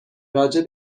راجع